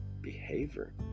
behavior